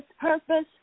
purpose